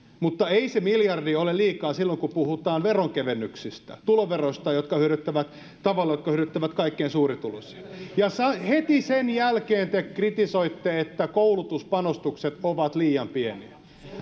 mutta ei se miljardi ole liikaa silloin kun puhutaan veronkevennyksistä tuloveroista tavalla joka hyödyttää kaikkein suurituloisimpia ja heti sen jälkeen te kritisoitte että koulutuspanostukset ovat liian pieniä